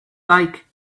like